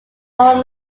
owned